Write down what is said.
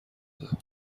بدم